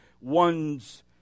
one's